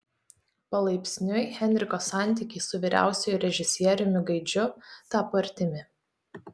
palaipsniui henriko santykiai su vyriausiuoju režisieriumi gaidžiu tapo artimi